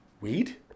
Weed